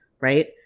right